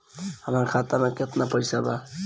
हमार खाता मे केतना पैसा बा?